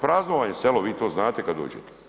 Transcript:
Prazno vam je selo, vi to znate kad dođete.